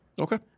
Okay